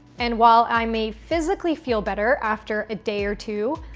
and while i may physically feel better after a day or two,